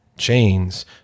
chains